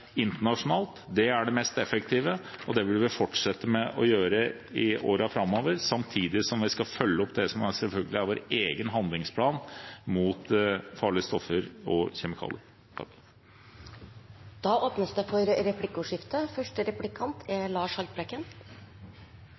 internasjonalt – det er det mest effektive – og det vil vi fortsette å gjøre i årene framover, samtidig som vi selvfølgelig skal følge opp det som er vår egen handlingsplan mot farlige stoffer og kjemikalier. Det blir replikkordskifte. I januar 2015 behandlet Stortinget handlingsplanen for